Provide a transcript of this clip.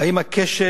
האם הכשל